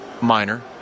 Minor